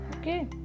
Okay